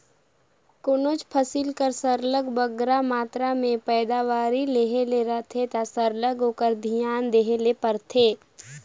कोनोच फसिल कर सरलग बगरा मातरा में पएदावारी लेहे ले रहथे ता सरलग ओकर धियान देहे ले परथे